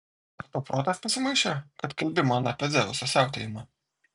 ar tau protas pasimaišė kad kalbi man apie dzeuso siautėjimą